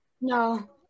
no